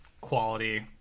quality